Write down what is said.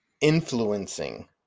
influencing